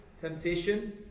temptation